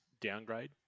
downgrade